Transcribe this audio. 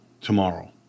tomorrow